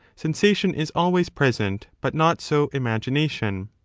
sensation is always present, but not so imagination.